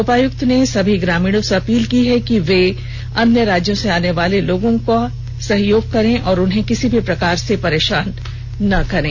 उपायुक्त ने सभी ग्रामीणों से अपील की है कि अन्य राज्यों से आने वाले सभी लोगों का सभी ग्रामीण सहयोग करें उन्हें किसी प्रकार से परेशान ना करें